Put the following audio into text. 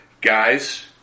Guys